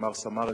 למר סמאראס,